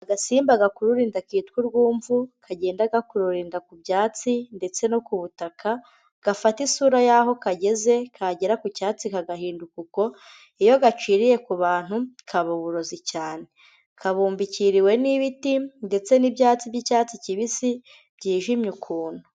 Agasimba gakurura inda kitwa urwumvu, kagenda gakurunda ku byatsi ndetse no ku butaka, gafata isura y'aho kageze kagera ku cyatsi kagahinduka uko, iyo gaciriye ku bantu kaba uburozi cyane. Kabumbikiriwe n'ibiti ndetse n'ibyatsi by'icyatsi kibisi byijimye ukuntu.